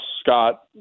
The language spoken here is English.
Scott